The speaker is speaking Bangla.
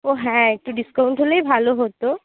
ও হ্যাঁ একটু ডিসকাউন্ট হলেই ভালো হতো